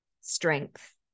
strength